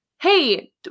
hey